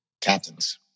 Captains